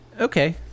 Okay